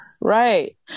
right